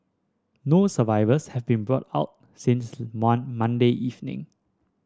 no survivors have been brought out since Mon Monday evening